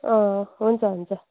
अँ हुन्छ हुन्छ